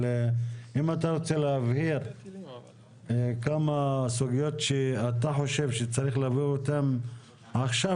אבל אם אתה רוצה להבהיר כמה סוגיות שאתה חושב שצריך להביא אותן עכשיו,